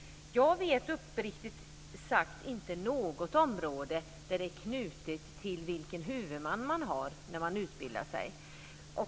Jag vet uppriktigt sagt inte något område där en rättighet är knuten till den utbildningshuvudman som man har haft.